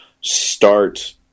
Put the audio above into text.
start